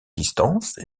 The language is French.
distance